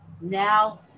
now